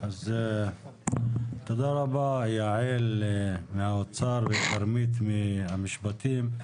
תודה רבה ליעל מהאוצר ולכרמית ממשרד המשפטים.